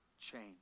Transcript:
change